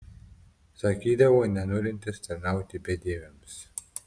sakydavo nenorintis tarnauti bedieviams